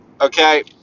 Okay